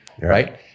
right